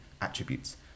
attributes